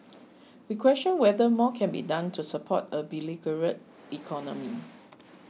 we question whether more can be done to support a beleaguered economy